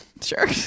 Sure